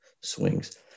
swings